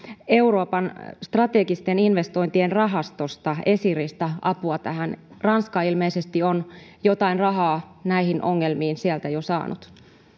euroopan strategisten investointien rahastosta esiristä apua ranska ilmeisesti on jotain rahaa näihin ongelmiin sieltä jo saanut